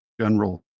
general